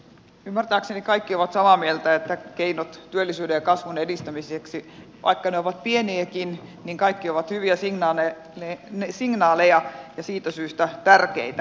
ymmärtääkseni kaikki ovat samaa mieltä että keinot työllisyyden ja kasvun edistämiseksi vaikka ne ovat pieniäkin ovat kaikki hyviä signaaleja ja siitä syystä tärkeitä